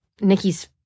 Nikki's